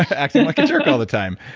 acting like a jerk all the time.